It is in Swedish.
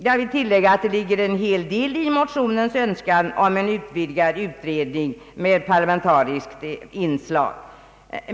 Jag vill tillfoga att det ligger en hel del i motionärens önskan om en vidgad utredning med parlamentariskt inslag.